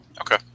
Okay